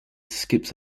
skips